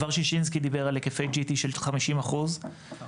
כבר שישינסקי דיבר על היקפי GT של 50% וזה